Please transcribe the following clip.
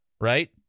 right